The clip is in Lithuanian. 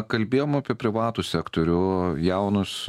kalbėjom apie privatų sektorių jaunus